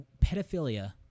Pedophilia